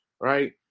right